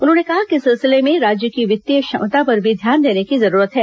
उन्होंने कहा कि इस सिलसिले में राज्य की वित्तीय क्षमता पर भी ध्यान रखने की जरूरत है